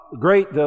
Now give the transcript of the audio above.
Great